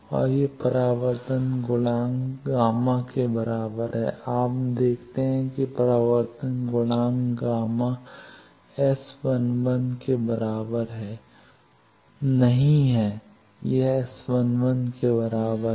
और परावर्तन गुणांक बराबर है आप देखते हैं कि परावर्तन गुणांक Γ1 S 11 के बराबर नहीं है यह S 11 के बराबर है